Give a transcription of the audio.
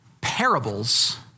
Parables